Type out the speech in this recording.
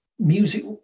music